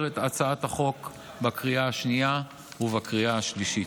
את הצעת החוק בקריאה השנייה ובקריאה השלישית.